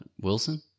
Wilson